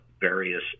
various